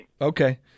Okay